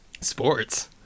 sports